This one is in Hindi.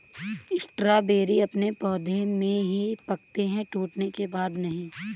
स्ट्रॉबेरी अपने पौधे में ही पकते है टूटने के बाद नहीं